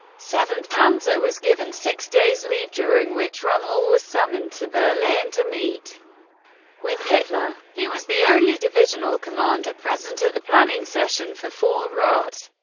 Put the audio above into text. seventh panzer was given six days leave, during which rommel was summoned to berlin to meet with hitler. he was the only divisional commander present at the planning session for fall rot,